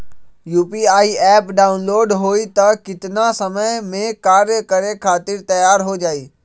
UPI app download होई त कितना समय मे कार्य करे खातीर तैयार हो जाई?